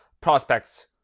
prospects